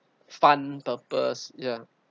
fun purpose ya